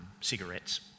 cigarettes